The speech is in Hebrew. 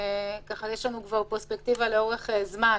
יש לנו כבר פרספקטיבה לאורך זמן.